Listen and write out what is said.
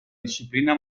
disciplina